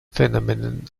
phenomenon